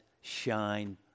shine